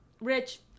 Rich